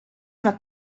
una